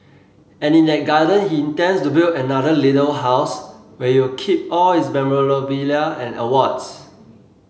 and in that garden he intends to build another little house where he'll keep all his memorabilia and awards